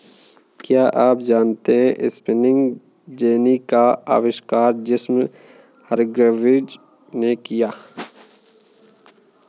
क्या आप जानते है स्पिनिंग जेनी का आविष्कार जेम्स हरग्रीव्ज ने किया?